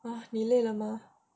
ah 你累了吗